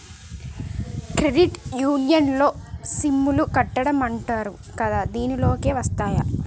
credit union లోన SIP లు కట్టడం అంటరు కదా దీనిలోకే వస్తాయ్